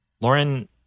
Lauren